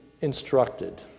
instructed